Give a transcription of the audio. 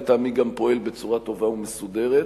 לטעמי גם פועל בצורה טובה ומסודרת,